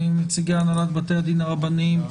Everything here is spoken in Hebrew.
נציגי הנהלת בתי הדין הרבניים.